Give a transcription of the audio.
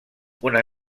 una